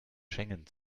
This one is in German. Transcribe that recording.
schengen